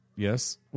Yes